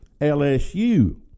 LSU